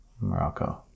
Morocco